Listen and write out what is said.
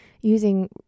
using